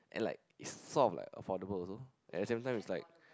and like it's sort of like affordable also at the same time is like